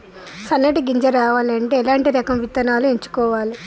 సన్నటి గింజ రావాలి అంటే ఎలాంటి రకం విత్తనాలు ఎంచుకోవాలి?